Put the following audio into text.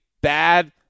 bad